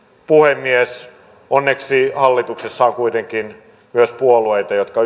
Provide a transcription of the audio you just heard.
puhemies onneksi hallituksessa on kuitenkin myös puolueita jotka